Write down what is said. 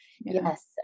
yes